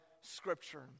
Scripture